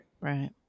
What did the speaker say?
Right